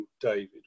David